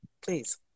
please